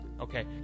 Okay